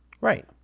Right